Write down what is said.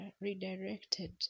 redirected